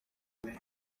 njye